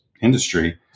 industry